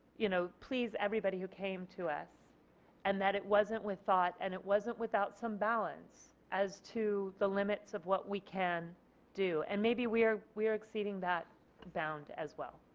you know please everybody who came to us and that it wasn't with the, and it wasn't without some balance as to the limits of what we can do. and maybe we are we are exceeding that bound as well.